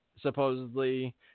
supposedly